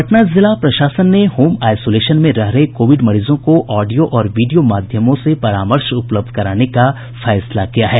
पटना जिला प्रशासन ने होम आईसोलेशन में रह रहे कोविड मरीजों को ऑडियो और वीडियो माध्यमों से परामर्श उपलब्ध कराने का फैसला किया है